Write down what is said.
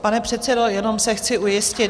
Pane předsedo, jenom se chci ujistit.